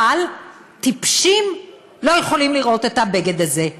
אבל טיפשים לא יכולים לראות את הבגד הזה,